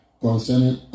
concerning